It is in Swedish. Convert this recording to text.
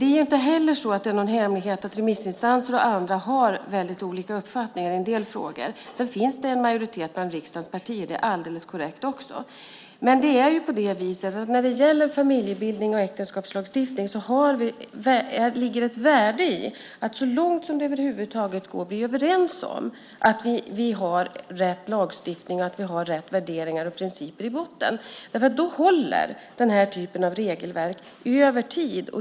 Det är inte heller någon hemlighet att remissinstanser och andra har väldigt olika uppfattningar i en del frågor. Det är också alldeles korrekt att det finns en majoritet bland riksdagens partier. Men när det gäller familjebildning och äktenskapslagstiftning ligger det ett värde i att vi så långt som det över huvud taget är möjligt blir överens om att vi har rätt lagstiftning och rätt värderingar och principer i botten. Då håller den här typen av regelverk över tid.